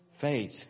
Faith